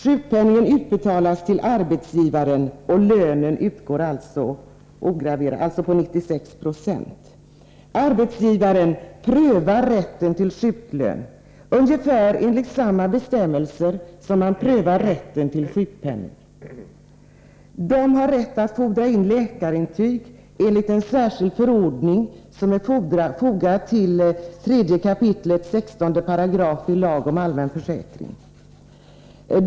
Sjukpenningen utbetalas till arbetsgivaren, och lönen utgår alltså med 96 2. Arbetsgivaren prövar rätten till sjuklön, ungefär enligt samma bestämmelser som när rätten till sjukpenning prövas. Arbetsgivaren har rätt att fordra in läkarintyg enligt en särskild förordning som är fogad till 3 kap. 16 §ilagen om allmän försäkring.